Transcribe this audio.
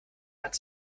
hat